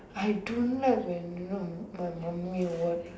I don't like when you know my mummy or what